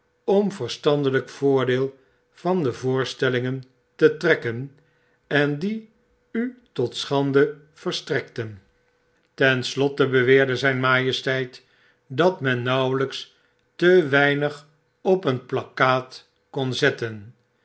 om verstandelyk voordeel van de voorstellingen te trekken en die utotschande verstrekten ten slotte beweerdezyn majesteit dat men nauwelijks te weinig op een plakkaat kon zetten